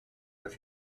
with